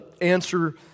answer